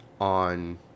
on